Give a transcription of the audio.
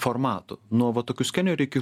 formatų nuo va tokių skenerių iki